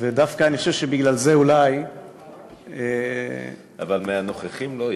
אני חושב שבגלל זה אולי --- אבל מהנוכחים לא.